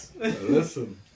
Listen